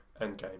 Endgame